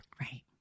Right